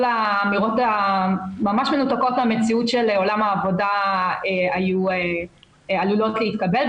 האמירות המנותקות מהמציאות של עולם העבודה היו עלולות להתקבל.